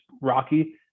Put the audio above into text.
rocky